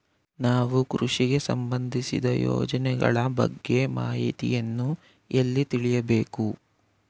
ನಾವು ಕೃಷಿಗೆ ಸಂಬಂದಿಸಿದ ಯೋಜನೆಗಳ ಬಗ್ಗೆ ಮಾಹಿತಿಯನ್ನು ಎಲ್ಲಿ ತಿಳಿಯಬೇಕು?